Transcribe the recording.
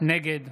נגד